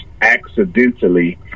accidentally